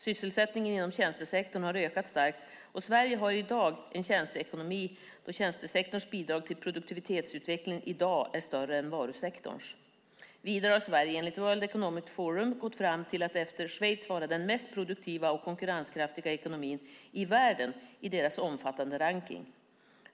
Sysselsättningen inom tjänstesektorn har ökat starkt, och Sverige har i dag en tjänsteekonomi då tjänstesektorns bidrag till produktivitetsutvecklingen i dag är större än varusektorns. Vidare har Sverige enligt World Economic Forum gått fram till att efter Schweiz vara den mest produktiva och konkurrenskraftiga ekonomin i världen i deras omfattande rankning.